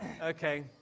Okay